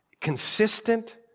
consistent